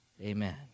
Amen